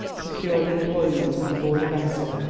procured employment, on board a vessel,